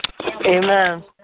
Amen